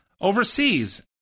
overseas